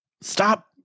stop